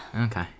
Okay